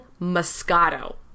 moscato